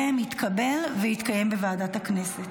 התקבלה, ותתקיים בוועדת הכנסת.